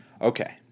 Okay